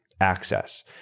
access